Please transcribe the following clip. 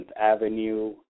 Avenue